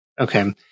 Okay